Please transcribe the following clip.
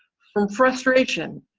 from frustration,